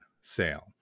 sale